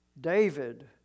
David